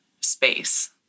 space